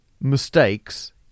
mistakes